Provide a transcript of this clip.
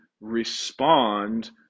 respond